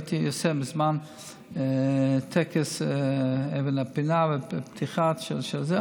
הייתי עושה מזמן טקס הנחת אבן הפינה ופתיחה של זה,